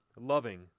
loving